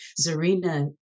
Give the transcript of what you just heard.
Zarina